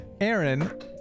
aaron